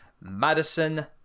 Madison